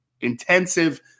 intensive